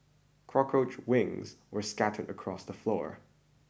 cockroach wings were scattered across the floor